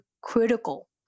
critical